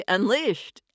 Unleashed